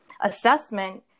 assessment